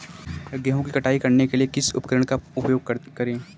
गेहूँ की कटाई करने के लिए किस उपकरण का उपयोग करें?